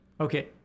okay